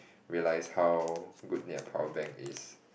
realise how good their powerbank is